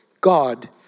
God